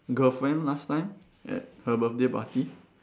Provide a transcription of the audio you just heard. girlfriend last time at her birthday party